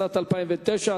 הצעה פ/1342,